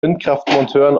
windkraftmonteuren